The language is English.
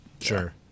sure